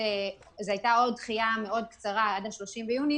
זו הייתה עוד דחייה קצרה עד 30 ביוני